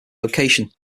location